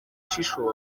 ushishoza